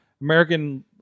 american